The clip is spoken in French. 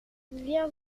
viens